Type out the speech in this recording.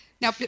Now